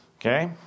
okay